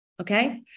Okay